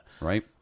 Right